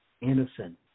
innocent